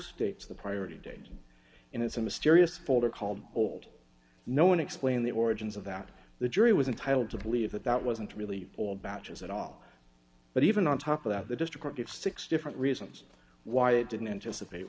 states the priority date and it's a mysterious folder called old no one explained the origins of that the jury was entitled to believe that that wasn't really all batches at all but even on top of that the destructive six different reasons why it didn't anticipate